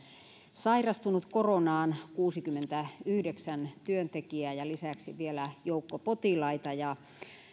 sairastunut koronaan kuusikymmentäyhdeksän työntekijää ja lisäksi vielä joukko potilaita ja että